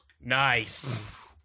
nice